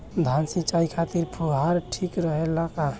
धान सिंचाई खातिर फुहारा ठीक रहे ला का?